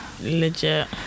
Legit